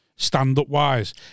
Stand-up-wise